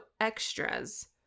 extras